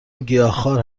گیاهخوار